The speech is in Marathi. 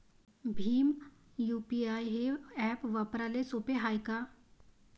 भीम यू.पी.आय हे ॲप वापराले सोपे हाय का?